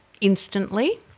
instantly –